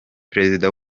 perezida